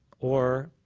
or